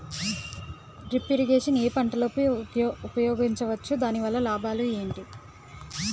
Drip irrigation ఏ పంటలకు ఉపయోగించవచ్చు? దాని వల్ల లాభాలు ఏంటి?